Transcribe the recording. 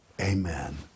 amen